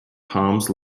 harms